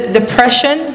depression